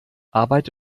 arbeit